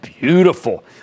beautiful